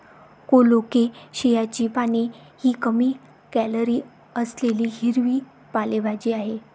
कोलोकेशियाची पाने ही कमी कॅलरी असलेली हिरवी पालेभाजी आहे